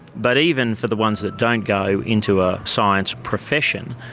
but even for the ones that don't go into a science profession,